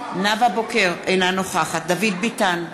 אינה נוכחת דוד ביטן,